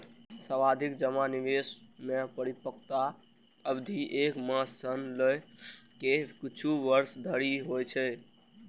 सावाधि जमा निवेश मे परिपक्वता अवधि एक मास सं लए के किछु वर्ष धरि होइ छै